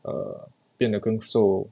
err 变得更瘦